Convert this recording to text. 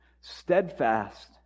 steadfast